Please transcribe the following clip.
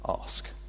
ask